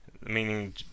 meaning